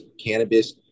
cannabis